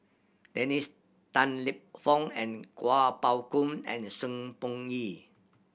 Dennis Tan Lip Fong and Kuo Pao Kun and Sng Choon Yee